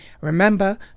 Remember